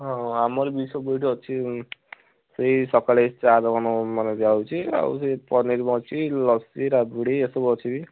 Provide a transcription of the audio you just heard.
ହଁ ହଁ ଆମର ବି ସବୁ ଏଇଠି ଅଛି ସେଇ ସକାଳେ ଚାହା ଦୋକାନମାନେ ଯାଉଛି ଆଉ ସେ ପନିର୍ ଅଛି ଲସି ରାବିଡ଼ି ଏସବୁ ଅଛି ବି